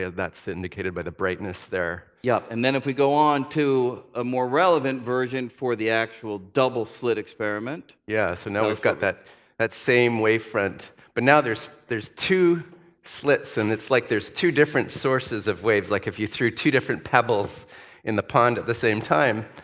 ah that's indicated by the brightness there. yeah. and then if we go on to a more relevant version for the actual double slit experiment. yeah, so now we've got that that same wave front. but now there's there's two slits, and it's like there's two different sources of waves, like if you threw two different pebbles in the pond at the same time.